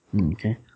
Okay